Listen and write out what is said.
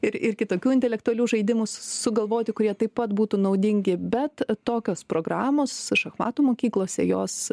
ir ir kitokių intelektualių žaidimų sugalvoti kurie taip pat būtų naudingi bet tokios programos šachmatų mokyklose jos